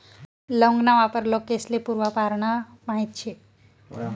लौंग ना वापर लोकेस्ले पूर्वापारना माहित शे